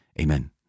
amen